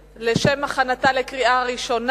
תקרת תשלום משפחתית ותשלום רבעוני עבור שירותים),